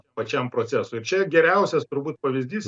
pačiam procesui ir čia geriausias turbūt pavyzdys